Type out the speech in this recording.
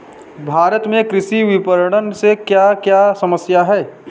भारत में कृषि विपणन से क्या क्या समस्या हैं?